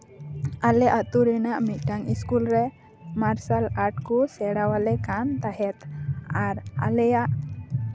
ᱟᱞᱮ ᱟᱛᱳ ᱨᱮᱱᱟᱜ ᱢᱤᱫᱴᱮᱱ ᱤᱥᱠᱩᱞ ᱨᱮ ᱢᱟᱨᱥᱟᱞ ᱟᱨᱴ ᱠᱚ ᱥᱮᱬᱟ ᱟᱞᱮ ᱠᱟᱱ ᱛᱟᱦᱮᱸᱜ ᱟᱨ ᱟᱞᱮᱭᱟᱜ